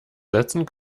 sätzen